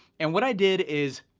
and what i did is,